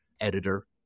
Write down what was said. editor